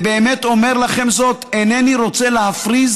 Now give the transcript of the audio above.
באמת אומר לכם זאת: אינני רוצה להפריז